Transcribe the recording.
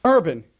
Urban